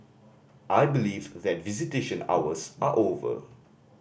I believe that visitation hours are over